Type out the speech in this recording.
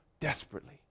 desperately